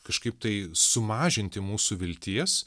kažkaip tai sumažinti mūsų vilties